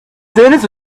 sentence